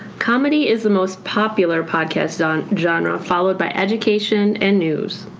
comedy is the most popular podcast genre followed by education and news.